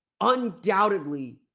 undoubtedly